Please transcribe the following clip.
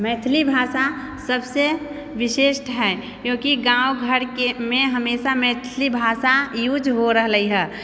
मैथिली भाषा सबसँ विशिष्ट है क्योकि गाँव घरमे हमेशा मैथिली भाषा यूज हो रहलै हँ